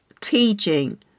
teaching